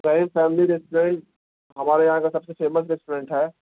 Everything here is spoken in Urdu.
فیملی ریسٹورینٹ ہمارے یہاں کا سب سے فیمس ریسٹورینٹ ہے